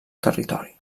territori